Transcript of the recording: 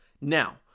Now